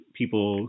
people